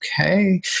okay